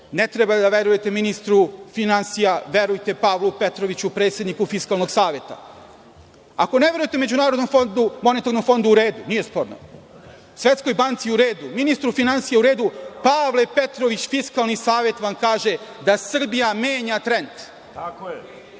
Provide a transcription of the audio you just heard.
Ne treba da verujete ministru finansija, verujte Pavlu Petroviću predsedniku Fiskalnog saveta. Ako ne verujete MMF, u redu, nije sporno. Svetskoj banci, u redu. Ministru finansija, u redu. Pavle Petrović, Fiskalni savet vam kaže da Srbija menja trend. Nije